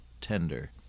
tender